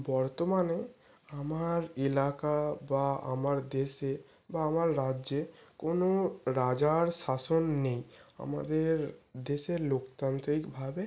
বর্তমানে আমার এলাকা বা আমার দেশে বা আমার রাজ্যে কোনো রাজার শাসন নেই আমাদের দেশ লোকতান্ত্রিকভাবে